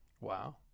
Wow